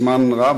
זמן רב.